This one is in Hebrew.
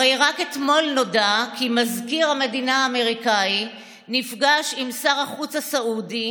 הרי רק אתמול נודע כי מזכיר המדינה האמריקאי נפגש עם שר החוץ הסעודי